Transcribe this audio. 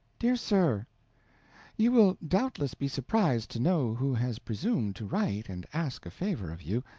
dear sir you will doubtless be surprised to know who has presumed to write and ask a favor of you.